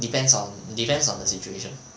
depends on depends on the situation